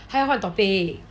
oh 就是他要换 topic